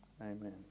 amen